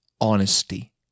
Honesty